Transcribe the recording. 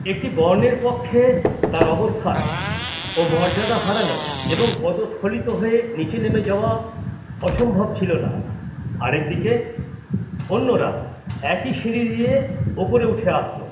একটি বর্ণের পক্ষে তার অবস্থান ও মর্যাদা হারানো এবং পদস্খলিত হয়ে নিচে নেমে যাওয়া অসম্ভব ছিলো না আরেক দিকে অন্যরা একই সিঁড়ি দিয়ে ওপরে উঠে আসতো